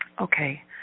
Okay